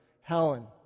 Helen